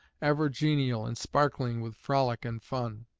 ever genial and sparkling with frolic and fun,